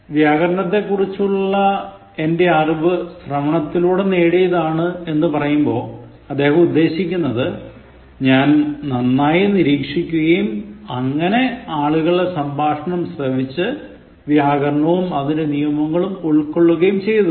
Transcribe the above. വ്യാകരണത്തെക്കുറിച്ചുള്ള എന്റെ അറിവ് ശ്രവണത്തിലൂടെ നേടിയതാണ് എന്ന് പറയുമ്പോൾ അദ്ദേഹം ഉദ്ദേശിക്കുന്നത് ഞാൻ നന്നായി നിരീക്ഷിക്കുകയും അങ്ങനെ ആളുകളുടെ സംഭാഷണം ശ്രവിച്ചു വ്യാകരണവും അതിൻറെ നിയങ്ങളും ഉൾക്കൊള്ളുകയും ചെയ്തതാണ്